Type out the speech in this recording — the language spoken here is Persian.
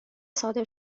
صادر